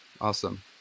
Awesome